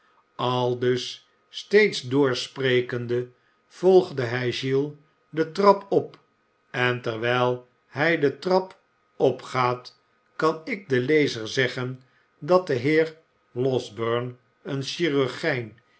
aldus steeds doorsprekende volgde hij giles de trap op en terwijl hij de trap opgaat kan ik den lezer zeggen dat de heer losberne een chirurgijn